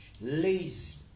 lazy